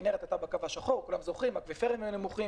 הכינרת הייתה בקו השחור, האקוויפרים היו נמוכים,